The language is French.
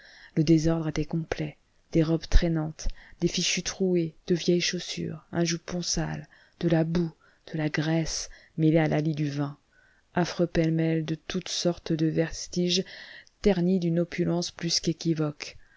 le désordre était complet des robes traînantes des fichus troués de vieilles chaussures un jupon sale de la boue de la graisse mêlées à la lie du vin affreux pêle-mêle de toutes sortes de vestiges ternis d'une opulence plus